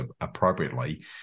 appropriately